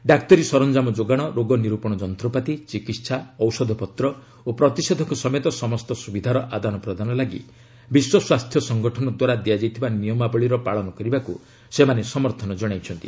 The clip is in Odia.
ଡାକ୍ତରୀ ସରଞ୍ଜାମ ଯୋଗାଣ ରୋଗ ନିର୍ପଣ ଯନ୍ତ୍ରପାତି ଚିକିହା ଔଷଧପତ୍ର ଓ ପ୍ରତିଷେଧକ ସମେତ ସମସ୍ତ ସ୍ରବିଧାର ଆଦାନପ୍ରଦାନ ଲାଗି ବିଶ୍ୱ ସ୍ୱାସ୍ଥ୍ୟ ସଂଗଠନ ଦ୍ୱାରା ଦିଆଯାଇଥିବା ନିୟମାବଳୀର ପାଳନ କରିବାକୃ ସେମାନେ ସମର୍ଥନ ଜଣାଇଛନ୍ତି